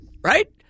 right